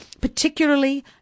particularly